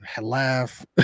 laugh